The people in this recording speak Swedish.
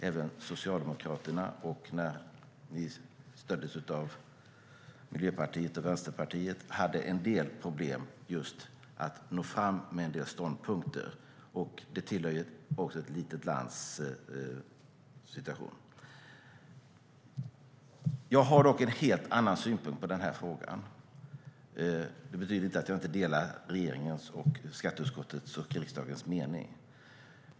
Även Socialdemokraterna, när de stöddes av Miljöpartiet och Vänsterpartiet, hade problem att nå fram med en del ståndpunkter. Det hör ju till ett litet lands situation. Jag har dock en helt annan synpunkt på den här frågan. Det betyder inte att jag inte delar regeringens, skatteutskottets och riksdagens mening.